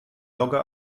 dogge